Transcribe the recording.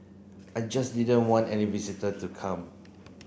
I just didn't want any visitor to come